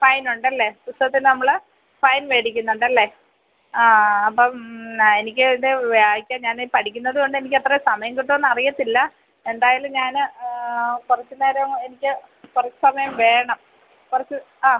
fine ഉണ്ടല്ലേ പുസ്തകത്തിന് നമ്മൾ ഫൈൻ വേടിക്കുന്നുണ്ടല്ലേ ആ അപ്പം ആ എനിക്ക് ഇത് വായിക്കാൻ ഞാൻ പഠിക്കുന്നത്കൊണ്ട് എനിക്ക് എത്ര സമയം കിട്ടും എന്ന് അറിയത്തില്ല എന്തായാലും ഞാൻ കുറച്ച് നേരം എനിക്ക് കുറച്ച് സമയം വേണം കുറച്ച് ആ